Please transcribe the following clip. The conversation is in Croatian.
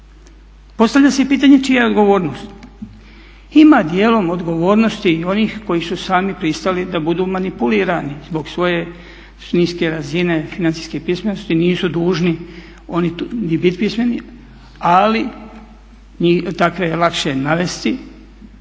Postavlja se pitanje čija je odgovornost? Ima dijelom odgovornosti i onih koji su sami pristali da budu manipulirani zbog svoje … razine, financijske pismenosti nisu dužni oni ni biti pismeni, ali takve je lakše navesti